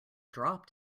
dropped